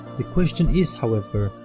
the question is however,